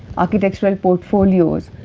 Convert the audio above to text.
architectural portfolios,